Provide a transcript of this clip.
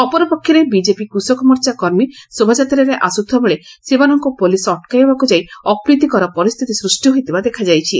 ଅପରପକ୍ଷରେ ବିଜେପି କୃଷକ ମୋର୍ଚ୍ଚା କର୍ମୀ ଶୋଭାଯାତ୍ରାରେ ଆସୁଥିବା ବେଳେ ସେମାନଙ୍କୁ ପୋଲିସ୍ ଅଟକାଇବାକୁ ଯାଇ ଅପ୍ରୀତିକର ପରିସ୍ଥିତି ସୃଷି ହୋଇଥିବା ଦେଖାଯାଇଛି